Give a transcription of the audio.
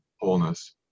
wholeness